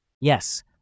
Yes